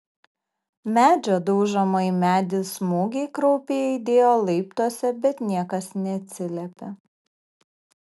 medžio daužomo į medį smūgiai kraupiai aidėjo laiptuose bet niekas neatsiliepė